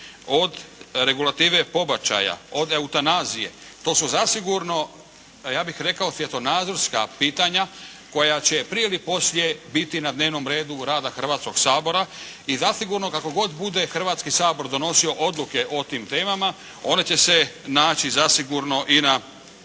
od regulative pobačaja, od eutanazije, to su zasigurno, ja bih rekao svjetonadzorska pitanja koja će prije ili poslije biti na dnevnom redu rada Hrvatskoga sabora. I zasigurno kako god bude Hrvatski sabor donosio odluke o tim temama, one će se naći zasigurno i na